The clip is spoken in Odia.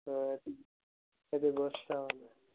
ହଁ ଏତେ ବ୍ୟସ୍ତ ହୁଅନା